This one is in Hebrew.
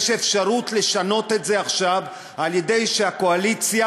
יש אפשרות לשנות את זה עכשיו על-ידי זה שהקואליציה